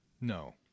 No